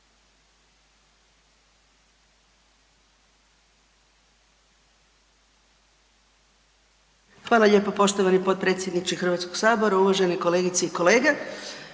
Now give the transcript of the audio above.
Hvala lijepo poštovani potpredsjedniče Hrvatskog sabora. Kolega Ćelić vi se